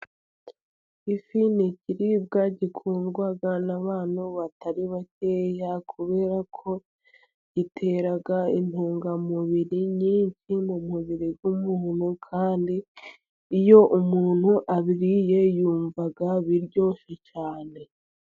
Ifi ni ikiribwa gikundwa n'abantu batari bakeya, kubera ko gitera intungamubiri nyinshi mu mubiri w'umuntu kandi iyo umuntu ayiriye yumva iryoshye cyane.